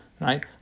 right